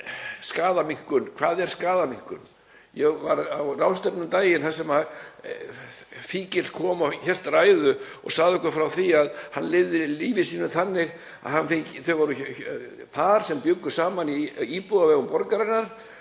hvað er skaðaminnkun? Ég var á ráðstefnu um daginn þar sem fíkill kom og hélt ræðu og sagði okkur frá því að hann lifði lífi sínu þannig: Þau eru par sem búa saman í íbúð á vegum borgarinnar